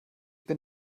bin